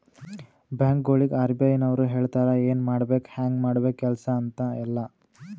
ಬ್ಯಾಂಕ್ಗೊಳಿಗ್ ಆರ್.ಬಿ.ಐ ನವ್ರು ಹೇಳ್ತಾರ ಎನ್ ಮಾಡ್ಬೇಕು ಹ್ಯಾಂಗ್ ಮಾಡ್ಬೇಕು ಕೆಲ್ಸಾ ಅಂತ್ ಎಲ್ಲಾ